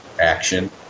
action